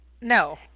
No